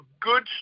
good